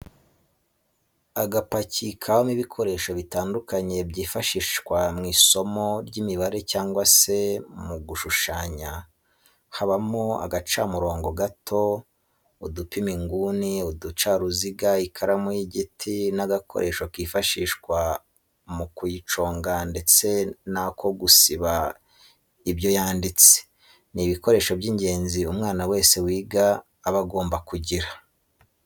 Agapaki kabamo ibikoresho bitandukanye byifashishwa mw'isomo ry'imibare cyangwa se mu gushushanya habamo agacamurobo gato, udupima inguni, uducaruziga ,ikaramu y'igiti n'agakoresho kifashishwa mu kuyiconga ndetse n'ako gusiba ibyo yanditse, ni ibikoresho by'ingenzi umwana wese wiga aba agomba kugira.